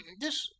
This